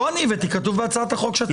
לא אני הבאתי, כתוב בהצעת החוק שאתם עושים.